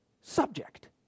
subject